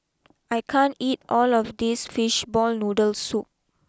I can't eat all of this Fish Ball Noodle Soup